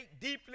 deeply